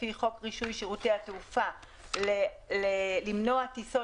לפי חוק רישוי שירותי התעופה למנוע טיסות